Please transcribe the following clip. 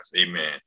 amen